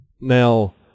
now